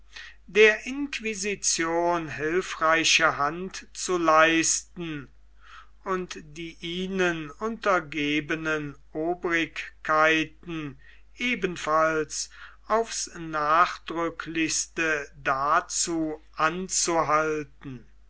der inquisition hilfreiche hand zu leisten und die ihnen untergebenen obrigkeiten ebenfalls aufs nachdrücklichste dazu anzuhalten